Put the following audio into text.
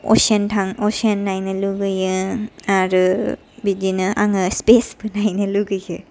अशिआन नायनो लुगैयो आरो बिदिनो आङो स्पेसबो नायनो लुगैयो